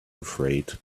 afraid